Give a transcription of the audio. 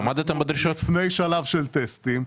לפני שלב של טסטים.